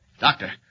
Doctor